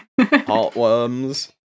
Heartworms